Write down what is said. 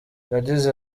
yagize